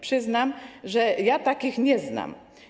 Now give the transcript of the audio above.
Przyznam, że ja takich nie znam.